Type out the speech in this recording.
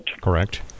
Correct